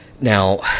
Now